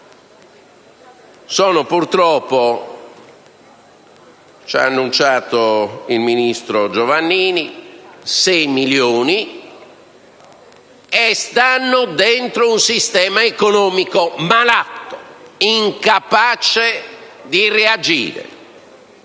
sono, purtroppo - ci ha annunciato il ministro Giovannini - 6 milioni, e stanno dentro un sistema economico malato, incapace di reagire.